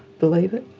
believe it.